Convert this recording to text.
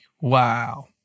wow